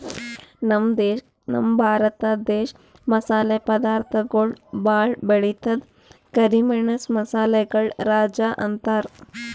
ನಮ್ ಭರತ ದೇಶ್ ಮಸಾಲೆ ಪದಾರ್ಥಗೊಳ್ ಭಾಳ್ ಬೆಳಿತದ್ ಕರಿ ಮೆಣಸ್ ಮಸಾಲೆಗಳ್ ರಾಜ ಅಂತಾರ್